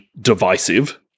divisive